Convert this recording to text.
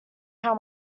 how